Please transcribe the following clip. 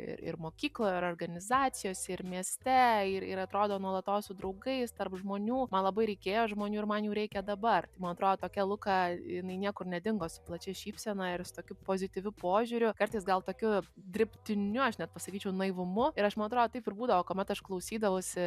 ir ir mokykloj ir organizacijos ir mieste ir ir atrodo nuolatos su draugais tarp žmonių man labai reikėjo žmonių ir man jų reikia dabar tai man atrodo tokia luka jinai niekur nedingo su plačia šypsena ir su tokiu pozityviu požiūriu kartais gal tokiu dirbtiniu aš net pasakyčiau naivumu ir aš man atrodo taip ir būdavo kuomet aš klausydavausi